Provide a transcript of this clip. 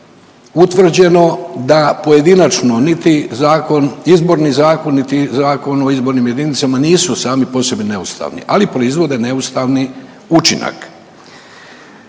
utvrđeno da pojedinačno niti zakon, izborni zakon, niti Zakon o izbornim jedinicama nisu sami po sebi neustavni ali proizvode neustavni učinak.